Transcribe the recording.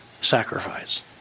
sacrifice